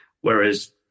Whereas